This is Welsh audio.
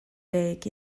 deg